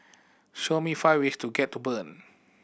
show me five ways to get to Bern